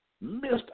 missed